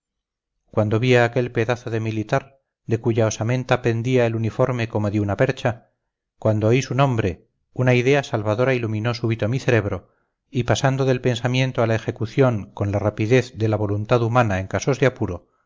cuando vi a aquel pedazo de militar de cuya osamenta pendía el uniforme como de una percha cuando oí su nombre una idea salvadora iluminó súbito mi cerebro y pasando del pensamiento a la ejecución con la rapidez de la voluntad humana en casos de apuro